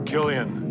Killian